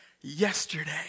yesterday